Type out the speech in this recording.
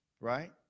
right